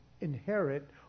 inherit